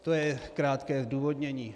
To je krátké zdůvodnění.